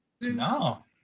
No